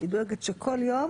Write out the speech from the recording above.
היא דואגת שבכל יום